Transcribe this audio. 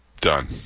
done